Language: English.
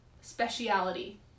speciality